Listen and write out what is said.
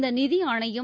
இந்த நிதி ஆணையம்